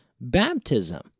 Baptism